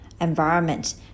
environment